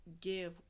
give